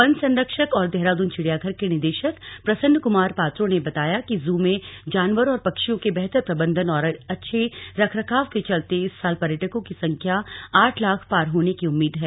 one संरक्षक और देहरादून चिड़ियाघर के निदेशक प्रसन्न कुमार पात्रो ने बताया कि जू में जानवरों और पक्षियों के बेहतर प्रबंधन और अच्छे रखरखाव के चलते इस साल पर्यटकों की संख्या आठ लाख पार होने की उम्मीद है